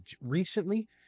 recently